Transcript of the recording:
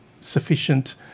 sufficient